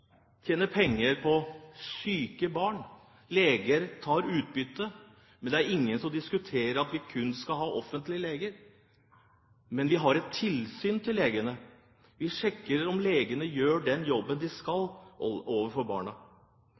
tjener penger på syke barn. Leger tar utbytte, men det er ingen som diskuterer om vi kun skal ha offentlige leger. Men vi har tilsyn med legene. Vi sjekker om legene gjør den jobben de skal overfor barna.